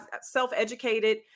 self-educated